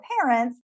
parents